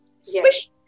Swish